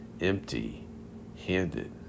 empty-handed